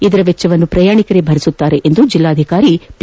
ಇದರ ವೆಚ್ಚವನ್ನು ಪ್ರಯಾಣಿಕರೇ ಭರಿಸಲಿದ್ದಾರೆ ಎಂದು ಜಿಲ್ಲಾಧಿಕಾರಿ ಪಿ